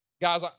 Guys